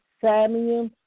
Samuel